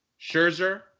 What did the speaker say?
Scherzer